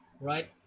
right